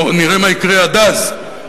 נראה מה יקרה עד אז,